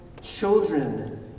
children